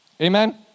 Amen